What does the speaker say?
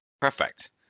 Perfect